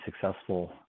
successful